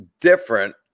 different